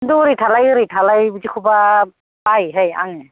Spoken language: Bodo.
किन्तु ओरै थालाय ओरै थालाय बिदिखौबा बायोहाय आङो